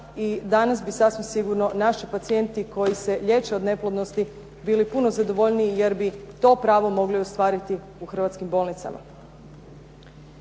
danas bi sasvim sigurno naši pacijenti koji se liječe od neplodnosti bili puno zadovoljniji jer bi to pravo mogli ostvariti u hrvatskim bolnicama.